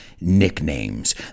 nicknames